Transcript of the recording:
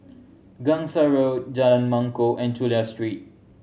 Gangsa Road Jalan Mangkok and Chulia Street